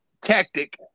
Tactic